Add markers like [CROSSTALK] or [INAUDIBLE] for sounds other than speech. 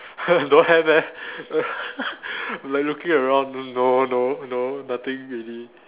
[LAUGHS] don't have leh [LAUGHS] like looking around no no no nothing really